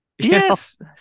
Yes